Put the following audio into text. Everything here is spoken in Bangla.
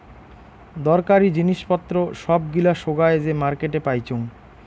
দরকারী জিনিস পত্র সব গিলা সোগায় যে মার্কেটে পাইচুঙ